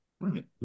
Right